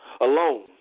alone